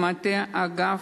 יחד עם מטה האגף,